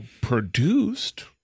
produced